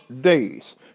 days